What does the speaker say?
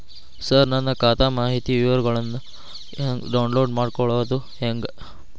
ಸರ ನನ್ನ ಖಾತಾ ಮಾಹಿತಿ ವಿವರಗೊಳ್ನ, ಡೌನ್ಲೋಡ್ ಮಾಡ್ಕೊಳೋದು ಹೆಂಗ?